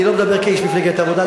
אני לא מדבר כאיש מפלגת העבודה,